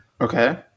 Okay